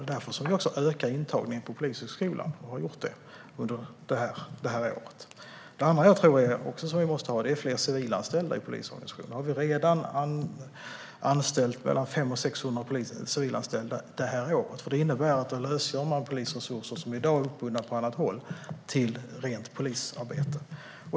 Det är också därför vi har ökat intagningen till Polishögskolan under detta år. Det andra jag tror vi måste ha är fler civilanställda i polisorganisationen. Vi har redan anställt mellan 500 och 600 civilanställda i år. Det innebär att man lösgör polisresurser som i dag är uppbundna på annat håll till rent polisarbete.